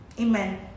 Amen